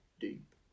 deep